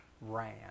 ran